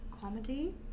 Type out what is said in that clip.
Comedy